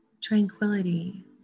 tranquility